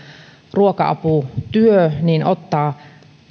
ruoka aputyö ottaa